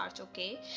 Okay